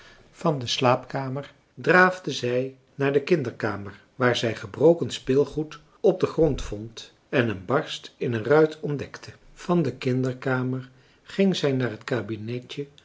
van de slaapkamer draafde zij naar de kinderkamer waar zij gebroken speelgoed op den grond vond en een barst in een ruit ontdekte van de kinderkamer ging zij naar het kabinetje